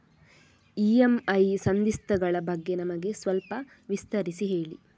EMI ಸಂಧಿಸ್ತ ಗಳ ಬಗ್ಗೆ ನಮಗೆ ಸ್ವಲ್ಪ ವಿಸ್ತರಿಸಿ ಹೇಳಿ